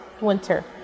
winter